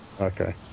Okay